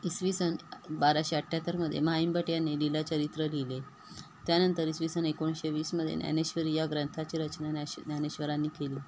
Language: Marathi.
इसवी सन बाराशे अठ्ठ्यात्तरमध्ये म्हाईंभट यांनी लीला चरित्र लिहिले त्यानंतर इसवी सन एकोणीसशे वीसमध्ये ज्ञानेश्वरी या ग्रंथाची रचना ज्ञानेश्वरांनी केली